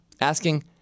asking